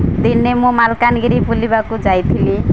ଦିନେ ମୁଁ ମାଲକାନଗିରି ବୁଲିବାକୁ ଯାଇଥିଲି